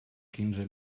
quinze